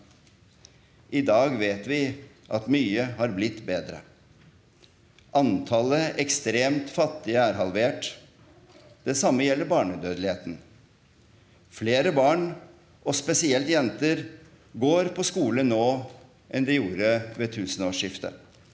I dag vet vi at mye har blitt bedre. Antallet ekstremt fattige er halvert. Det samme gjelder barnedødeligheten. Flere barn, og spesielt jenter, går på skole nå enn det gjorde ved tusenårsskiftet.